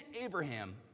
Abraham